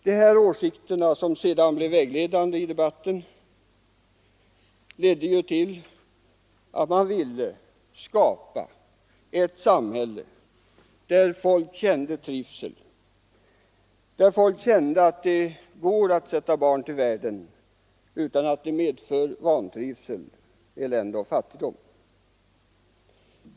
Dessa åsikter, som sedan blev vägledande i debatten, ledde till att man ville skapa ett samhälle där folk kände trivsel, där folk kände att det går att sätta barn till världen utan att det medför vantrivsel, elände och fattigdom.